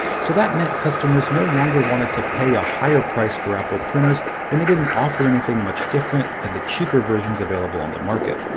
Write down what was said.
so that meant customers no longer wanted to pay a higher price for apple printers when they didn't offer anything much different from the cheaper versions available on the market.